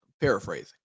Paraphrasing